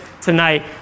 tonight